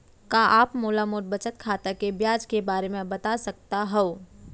का आप मोला मोर बचत खाता के ब्याज के बारे म बता सकता हव?